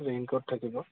raincoat থাকিব